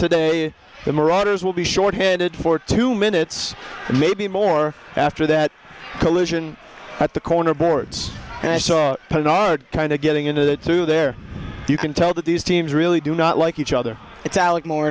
today the marauders will be shorthanded for two minutes maybe more after that collision at the corner boards and i saw it on a kind of getting into that through there you can tell that these teams really do not like each other it's alec more